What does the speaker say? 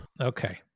Okay